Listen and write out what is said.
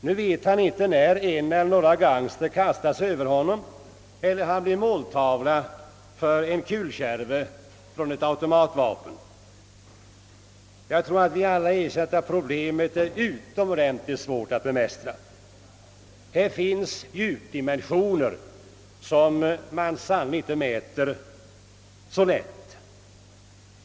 Nu vet han inte när en eller några gangster kastar sig över honom eller när han blir måltavla för en kulkärve från ett automatvapen. Jag tror att vi alla erkänner att problemet är ytterst svårt att bemästra. Här finns djupdimensioner som är svåra att mäta.